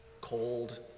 cold